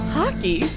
hockey